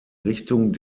richtung